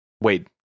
wait